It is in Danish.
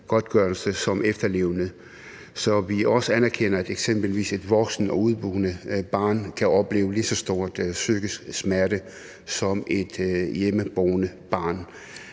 som efterlevende, så vi også anerkender, at eksempelvis et voksent og udeboende barn kan opleve en lige så stor psykisk smerte som et hjemmeboende barn.